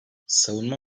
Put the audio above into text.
savunma